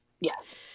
Yes